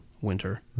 winter